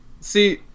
See